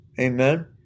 Amen